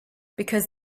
because